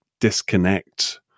disconnect